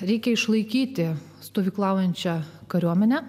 reikia išlaikyti stovyklaujančią kariuomenę